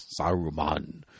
Saruman